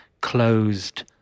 closed